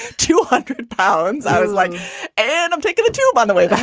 two hundred pounds i was like and i'm taking the tube on the way but